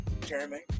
Jeremy